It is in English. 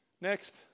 Next